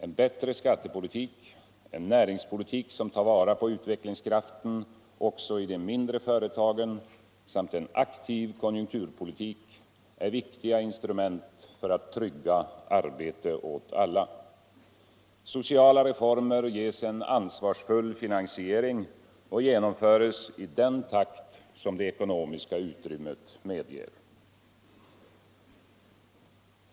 En bittre skattepolitik, en näringspolitik som tar vara på utvecklingskraften också i de mindre företagen samt en aktiv konjunkturpolitik är viktiga instrument för att trygga arbete åt alla. Sociala reformer ges en ansvarsfull finansiering och genomföres i den takt som det ekonomiska utrymmet medeger.